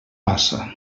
passa